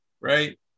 right